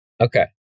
Okay